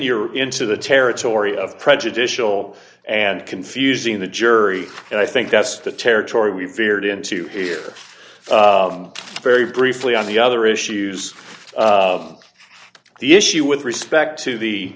you're into the territory of prejudicial and confusing the jury and i think that's the territory we veered into here very briefly on the other issues the issue with respect to the